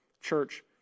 Church